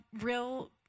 real